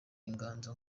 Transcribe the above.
inganzo